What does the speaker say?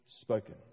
spoken